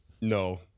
no